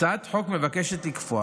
הצעת החוק מבקשת לקבוע